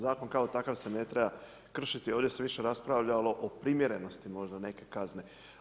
Zakon kao takav se ne treba kršiti, ovdje se više raspravljalo o primjerenosti možda neke kazne.